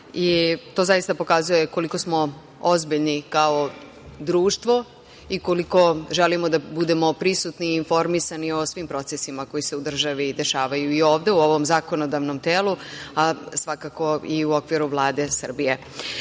to zaista pokazuje koliko smo ozbiljni kao društvo i koliko želimo da budemo prisutni, informisani o svim procesima koji se u državi dešavaju i ovde u ovom zakonodavnom telu, a svakako i u okviru Vlade Srbije. Gospođo